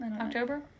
October